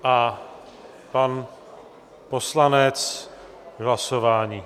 A pan poslanec k hlasování.